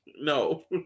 No